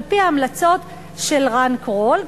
על-פי ההמלצות של רן קרול,